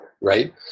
right